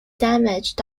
damaged